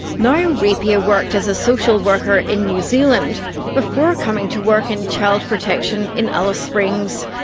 ngaio repia worked as a social worker in new zealand before coming to work in child protection in alice springs.